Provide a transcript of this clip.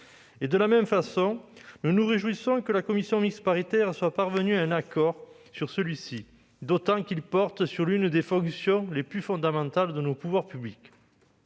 De la même façon, nous nous réjouissons que la commission mixte paritaire soit parvenue à un accord sur celui-ci, d'autant qu'il porte sur l'une des fonctions les plus fondamentales de nos pouvoirs publics.